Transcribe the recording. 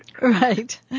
right